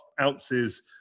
ounces